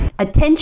attention